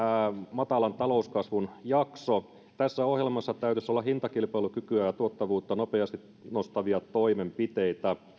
matalan talouskasvun jakso tässä ohjelmassa täytyisi olla hintakilpailukykyä ja tuottavuutta nopeasti nostavia toimenpiteitä